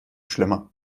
schlimmer